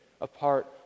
apart